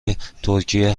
ترکیه